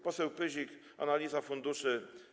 Poseł Pyzik, analiza funduszy.